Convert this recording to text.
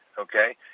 okay